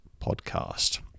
podcast